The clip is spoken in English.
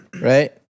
Right